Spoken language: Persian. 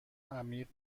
عمیق